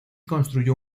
construyó